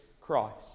Christ